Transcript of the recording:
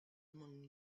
among